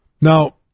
Now